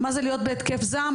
מה זה להיות בהתקף זעם.